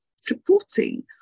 supporting